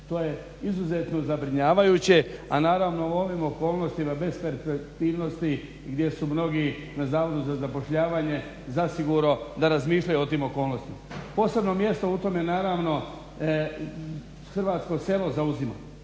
To je izuzetno zabrinjavajuće, a naravno u ovim okolnostima besperspektivnosti gdje su mnogi na Zavodu za zapošljavanje zasigurno da razmišljaju o tim okolnostima. Posebno mjesto u tome naravno hrvatsko selo zauzima